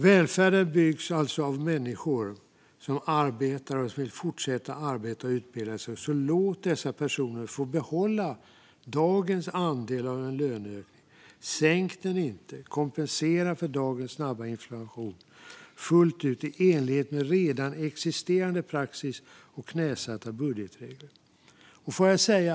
Välfärden byggs alltså av människor som arbetar och vill fortsätta att arbeta och utbilda sig. Låt dessa personer få behålla dagens andel av en löneökning. Sänk den inte utan kompensera för dagens snabba inflation fullt ut i enlighet med redan existerande praxis och knäsatta budgetregler.